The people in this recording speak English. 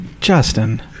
Justin